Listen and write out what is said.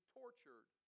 tortured